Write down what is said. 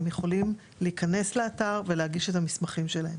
אם הם בארץ הם יכולים להיכנס לאתר ולהגיש מועמדות,